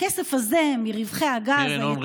הכסף הזה מרווחי הגז המיותרים, קרן הון ריבונית.